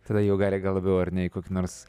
tada jau gali gal labiau ar ne į kokį nors